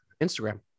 Instagram